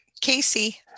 Casey